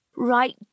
Right